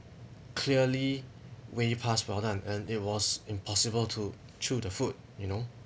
clearly way past well done and it was impossible to chew the food you know